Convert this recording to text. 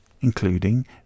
including